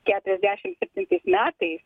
keturiasdešim penktais metais